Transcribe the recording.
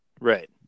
Right